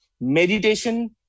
Meditation